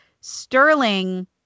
Sterling